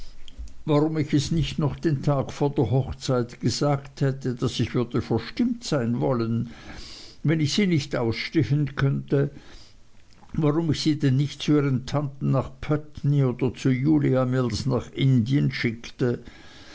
warum ich es nicht noch den tag vor der hochzeit gesagt hätte daß ich würde verstimmt sein wollen wenn ich sie nicht ausstehen könnte warum ich sie denn nicht zu ihren tanten nach putney oder zu julia mills nach indien schickte